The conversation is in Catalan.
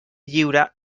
lliure